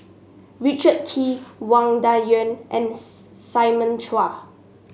Richard Kee Wang Dayuan and Simon Chua